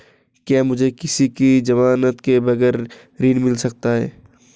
क्या मुझे किसी की ज़मानत के बगैर ऋण मिल सकता है?